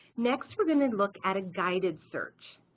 next, we're going to and look at a guided search.